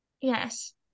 Yes